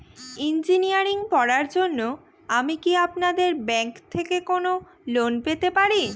Engineering পড়ার জন্য আমি কি আপনাদের ব্যাঙ্ক থেকে কোন লোন পেতে পারি?